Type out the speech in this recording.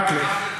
מקלב.